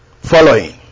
Following